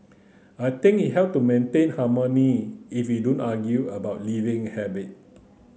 I think it help to maintain harmony if we don't argue about living habit